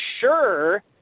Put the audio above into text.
sure